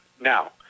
Now